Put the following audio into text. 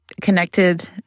connected